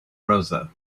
rosa